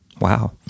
wow